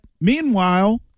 meanwhile